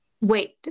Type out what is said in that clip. wait